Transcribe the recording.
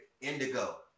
Indigo